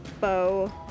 bow